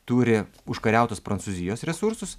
turi užkariautus prancūzijos resursus